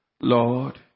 Lord